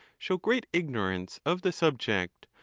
show great ignorance of the subject,